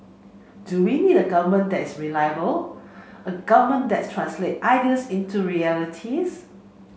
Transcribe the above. do we need a government that is reliable a government that translates ideas into realities